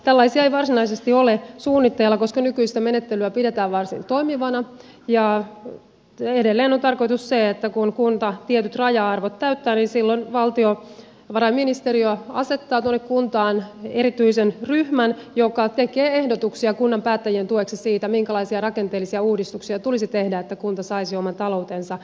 tällaisia ei varsinaisesti ole suunnitteilla koska nykyistä menettelyä pidetään varsin toimivana ja edelleen on tarkoitus se että kun kunta tietyt raja arvot täyttää niin silloin valtiovarainministeriö asettaa kuntaan erityisen ryhmän joka tekee ehdotuksia kunnan päättäjien tueksi siitä minkälaisia rakenteellisia uudistuksia tulisi tehdä että kunta saisi oman taloutensa tasapainoon